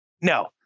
No